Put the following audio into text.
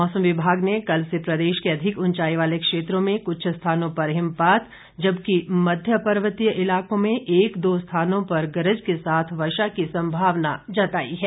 मौसम विभाग ने कल से प्रदेश के अधिक उंचाई वाले क्षेत्रों में कुछ स्थानों पर हिमपात जबकि मध्य पर्वतीय इलाकों में एक दो स्थानों पर गरज के साथ वर्षा की संभावना जताई है